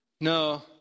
No